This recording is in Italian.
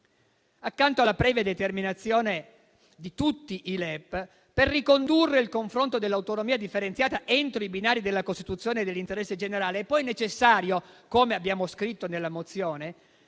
Accanto alla predeterminazione di tutti i LEP, per ricondurre il confronto sull'autonomia differenziata entro i binari della Costituzione e dell'interesse generale, è poi necessario, come abbiamo scritto nella mozione,